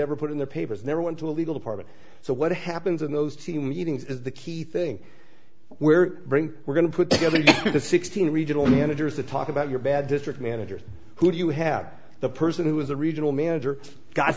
never put in their papers never went to a legal department so what happens in those team meetings is the key thing where we're going to put together the sixteen regional managers to talk about your bad district manager who do you have the person who is a regional manager got